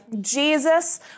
Jesus